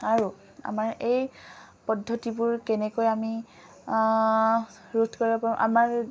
আৰু আমাৰ এই পদ্ধতিবোৰ কেনেকৈ আমি ৰোধ কৰিব পাৰোঁ আমাৰ